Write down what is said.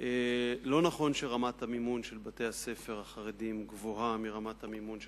לא נכון שרמת המימון של בתי-הספר החרדיים גבוהה מרמת המימון של